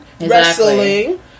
wrestling